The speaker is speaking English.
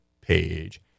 page